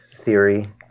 theory